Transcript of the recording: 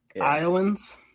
Iowans